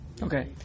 Okay